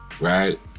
Right